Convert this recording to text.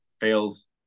fails